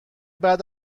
بعد